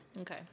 Okay